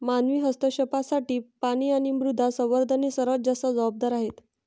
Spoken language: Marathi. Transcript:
मानवी हस्तक्षेपासाठी पाणी आणि मृदा संवर्धन हे सर्वात जास्त जबाबदार आहेत